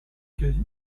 quasi